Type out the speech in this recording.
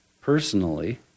personally